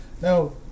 Now